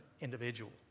individual